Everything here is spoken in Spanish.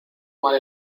mal